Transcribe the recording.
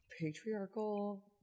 patriarchal